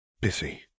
busy